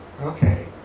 Okay